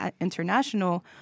International